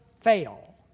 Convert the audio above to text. fail